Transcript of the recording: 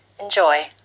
Enjoy